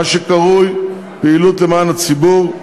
מה שקרוי פעילות למען הציבור.